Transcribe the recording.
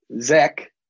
Zach